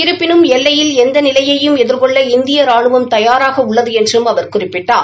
இருப்பினும் எல்லையில் எந்த நிலையையும் எதிர்கொள்ள இந்திய ரானுவம் தயாராக உள்ளது என்றம் அவர் குறிப்பிட்டார்